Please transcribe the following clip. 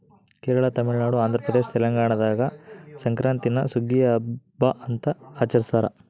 ಕೇರಳ ತಮಿಳುನಾಡು ಆಂಧ್ರಪ್ರದೇಶ ತೆಲಂಗಾಣದಾಗ ಸಂಕ್ರಾಂತೀನ ಸುಗ್ಗಿಯ ಹಬ್ಬ ಅಂತ ಆಚರಿಸ್ತಾರ